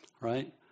right